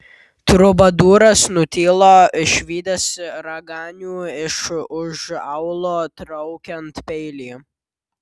trubadūras nutilo išvydęs raganių iš už aulo traukiant peilį